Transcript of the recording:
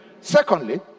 Secondly